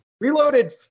Reloaded